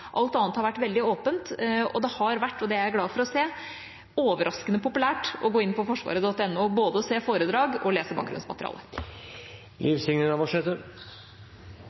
Alt annet har vært veldig åpent, og det har vært – og det er jeg glad for å se – overraskende populært å gå inn på forsvaret.no og både se foredrag og lese